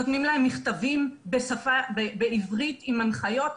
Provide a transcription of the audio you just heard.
נותנים להם מכתבים בעברית עם הנחיות.